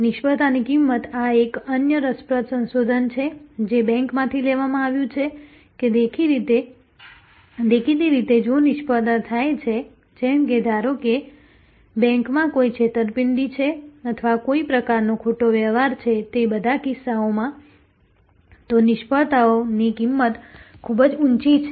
નિષ્ફળતાની કિંમત આ એક અન્ય રસપ્રદ સંશોધન છે જે બેંકમાંથી લેવામાં આવ્યું છે કે દેખીતી રીતે જો નિષ્ફળતા થાય છે જેમ કે ધારો કે બેંકમાં કોઈ છેતરપિંડી છે અથવા કોઈ પ્રકારનો ખોટો વ્યવહાર છે તે બધા કિસ્સાઓમાં તો નિષ્ફળતાની કિંમત ખૂબ જ ઊંચી છે